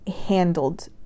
handled